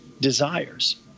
desires